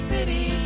City